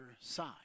side